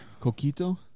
Coquito